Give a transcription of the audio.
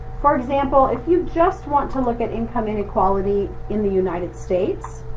for example, if you just want to look at income inequality in the united states,